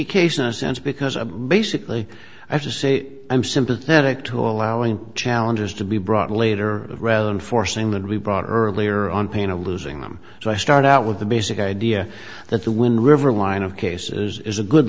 tricky case in a sense because a basically i have to say i'm sympathetic to allowing challenges to be brought later rather than forcing them to be brought earlier on pain of losing them so i start out with the basic idea that the wind river line of cases is a good